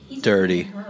dirty